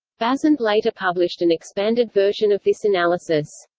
bazant later published an expanded version of this analysis.